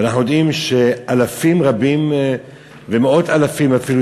ואנחנו יודעים שאלפים רבים ומאות אלפים אפילו,